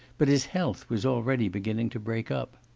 but his health was already beginning to break up.